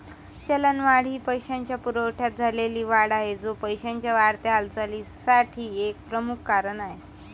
चलनवाढ ही पैशाच्या पुरवठ्यात झालेली वाढ आहे, जो पैशाच्या वाढत्या हालचालीसाठी एक प्रमुख कारण आहे